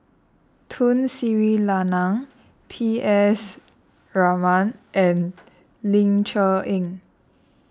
Tun Sri Lanang P S Raman and Ling Cher Eng